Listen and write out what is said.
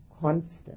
constant